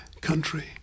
country